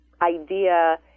idea